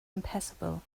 impassable